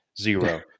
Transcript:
zero